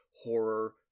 Horror